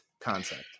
concept